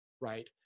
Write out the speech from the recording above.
right